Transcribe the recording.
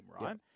Right